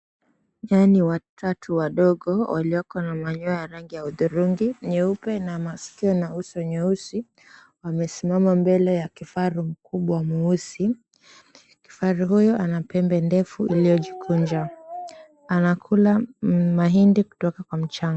Nyani watatu wadogo walioko na manyoya ya hudhurungi, nyeupe na masikio na uso nyeusi wamesimama mbele ya kifaru mkubwa mweusi. Kifaru huyo anapembe ndefu iliyojikunja anakula mahindi kutoka kwa mchanga.